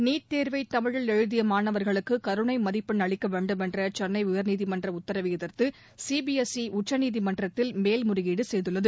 NEET தேர்வை தமிழில் எழுதிய மாணவர்களுக்கு கருணை மதிப்பெண் அளிக்க வேண்டுமென்ற சென்னை உயர்நீதிமன்ற உத்தரவை எதிர்த்து சிபிஎஸ்ஈ உச்சநீதிமன்றத்தில் மேல்முறையீடு செய்கள்ளக